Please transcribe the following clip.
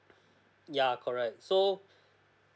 yeah correct so